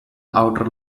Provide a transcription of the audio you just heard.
outer